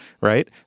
right